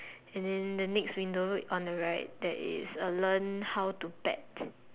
and then the next window on the right there is a learn how to bet